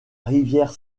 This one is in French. rivière